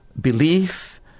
belief